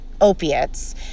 opiates